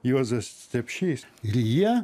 juozas stepšys ir jie